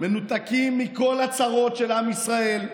מנותקים מכל הצרות של עם ישראל,